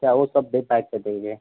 अच्छा वो सब भी पैक कर देंगे